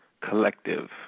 collective